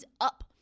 up